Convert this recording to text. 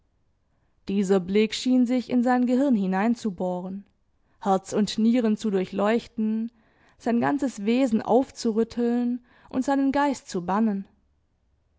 dieser blick schien sich in sein gehirn hineinzubohren herz und nieren zu durchleuchten sein ganzes wesen aufzurütteln und seinen geist zu bannen